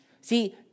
See